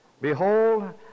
Behold